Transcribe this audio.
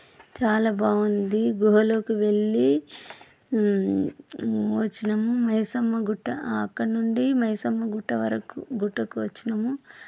చాలా బావుంది గుహలోకి వెళ్ళి వచ్చినాం మైసమ్మ గుట్ట అక్కడ నుండి మైసమ్మ గుట్ట వరకు గుట్టకు వచ్చినము